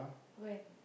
when